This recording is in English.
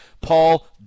Paul